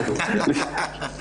תודה רבה.